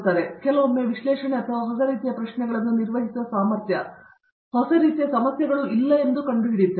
ಆದ್ದರಿಂದ ನಾವು ಕೆಲವೊಮ್ಮೆ ವಿಶ್ಲೇಷಣೆ ಅಥವಾ ಹೊಸ ರೀತಿಯ ಪ್ರಶ್ನೆಗಳನ್ನು ನಿರ್ವಹಿಸುವ ಸಾಮರ್ಥ್ಯ ಹೊಸ ರೀತಿಯ ಸಮಸ್ಯೆಗಳಿಲ್ಲ ಎಂದು ಕಂಡುಹಿಡಿಯುತ್ತೇವೆ